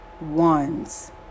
ones